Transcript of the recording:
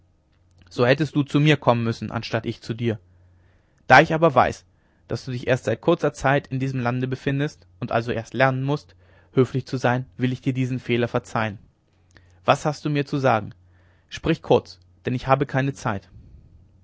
so hättest du zu mir kommen müssen anstatt ich zu dir da ich aber weiß daß du dich erst seit kurzer zeit in diesem lande befindest und also erst lernen mußt höflich zu sein will ich dir diesen fehler verzeihen was hast du mir zu sagen sprich kurz denn ich habe keine zeit